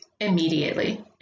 Immediately